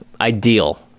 ideal